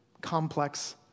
complex